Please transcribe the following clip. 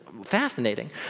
fascinating